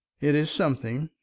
it is something,